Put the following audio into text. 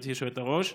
גברתי היושבת-ראש,